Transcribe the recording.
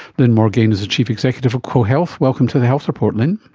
lyn morgain is the chief executive of cohealth. welcome to the health report, lyn.